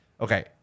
Okay